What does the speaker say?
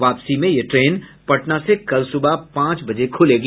वापसी में यह ट्रेन पटना से कल सुबह पांच बजे खुलेगी